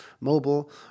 mobile